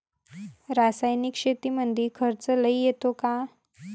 रासायनिक शेतीमंदी खर्च लई येतो का?